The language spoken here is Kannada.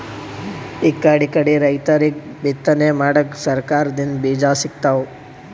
ಇಕಡಿಕಡಿ ರೈತರಿಗ್ ಬಿತ್ತನೆ ಮಾಡಕ್ಕ್ ಸರಕಾರ್ ದಿಂದ್ ಬೀಜಾ ಸಿಗ್ತಾವ್